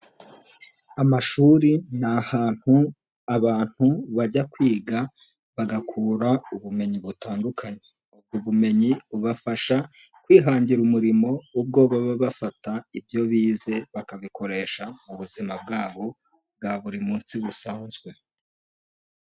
Amashuri ni ahantu abantu bajya kwiga bagakura ubumenyi butandukanye. Ubumenyi bubafasha kwihangira umurim,o ubwo baba bafata ibyo bize bakabikoresha mu buzima bwabo bwa buri munsi busanzwe